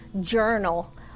journal